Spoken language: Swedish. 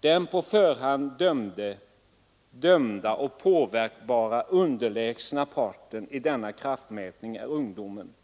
Den på förhand dömda och påverkbara underlägsna parten i denna kraftmätning är ungdomen.